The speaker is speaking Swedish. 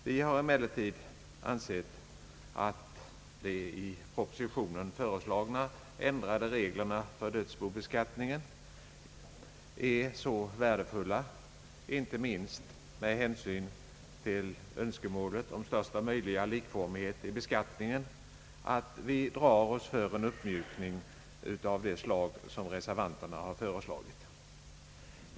Vi har emel lertid ansett att de i propositionen föreslagna ändrade reglerna för dödsbobeskattningen är så värdefulla — inte minst med hänsyn till önskemålen om största möjliga likformighet i beskattningen — att vi drar oss för en uppmjukning av det slag som reservanterna har föreslagit.